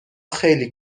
خیلی